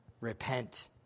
repent